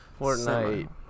Fortnite